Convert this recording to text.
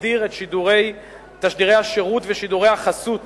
מסדיר את שידורי תשדירי השירות ושידורי החסות